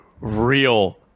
real